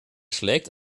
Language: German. schlägt